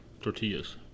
Tortillas